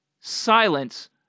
silence